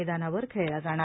मैदानावर खेळला जाणार